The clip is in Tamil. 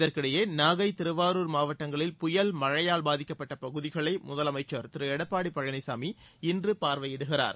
இதற்கிடையநாகை திருவாரூர் மாவட்டங்களில் புயல் மழையால் பாதிக்கப்பட்டபகுதிகளைமுதலமைச்சர் திருடப்பாடிபழனிசாமி இன்றுபார்வையிடுகிறார்